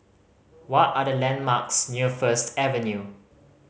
what are the landmarks near First Avenue